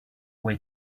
way